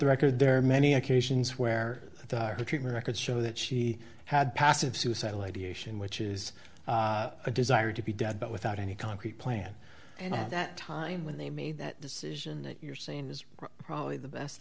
the record there are many occasions where the particular records show that she had passive suicidal ideation which is a desire to be dead but without any concrete plan and at that time when they made that decision that you're saying is probably the best